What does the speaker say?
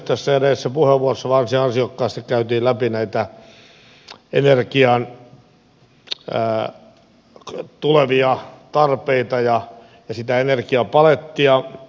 edellisessä puheenvuorossa varsin ansiokkaasti käytiin läpi energian tulevia tarpeita ja sitä energiapalettia